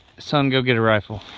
son, go get a rifle.